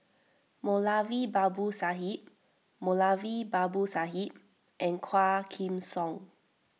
Moulavi Babu Sahib Moulavi Babu Sahib and Quah Kim Song